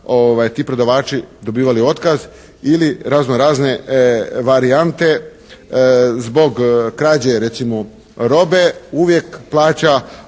ti prodavači dobivali otkaz ili razno razne varijante. Zbog krađe recimo robe uvijek plaća,